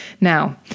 Now